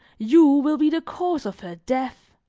you will be the cause of her death.